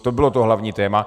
To bylo to hlavní téma.